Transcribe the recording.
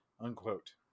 Unquote